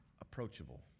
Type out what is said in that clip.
approachable